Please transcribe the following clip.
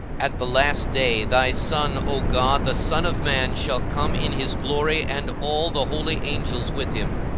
at the last day, thy son, o god, the son of man, shall come in his glory, and all the holy angels with him.